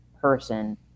person